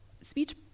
speech